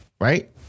right